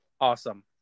awesome